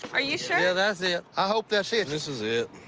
are you sure? yeah, that s it. i hope that s it. this is it.